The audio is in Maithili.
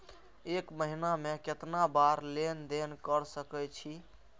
एक महीना में केतना बार लेन देन कर सके छी?